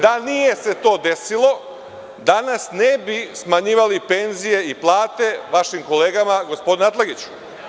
Da se to nije desilo, danas ne bi smanjivali penzije i plate vašim kolegama, gospodine Atlagiću.